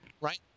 Right